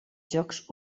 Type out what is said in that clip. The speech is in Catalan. jocs